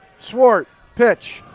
swart pitch,